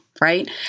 right